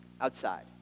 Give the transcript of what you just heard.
outside